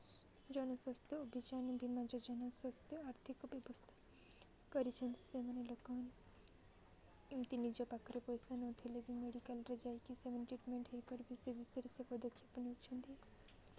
ଜନସ୍ୱାସ୍ଥ୍ୟ ଅଭିଯାନ ବୀମା ଯୋଜନା ଜନସ୍ୱାସ୍ଥ୍ୟ ଆର୍ଥିକ ବ୍ୟବସ୍ଥା କରିଛନ୍ତି ସେମାନେ ଲୋକ ଏମିତି ନିଜ ପାଖରେ ପଇସା ନଥିଲେ ବି ମେଡ଼ିକାଲରେ ଯାଇକି ସେମାନେ ଟ୍ରିଟମେଣ୍ଟ ହେଇପାରିବେ ବି ସେ ବିଷୟରେ ସେ ପଦକ୍ଷେପ ନେଉଛନ୍ତି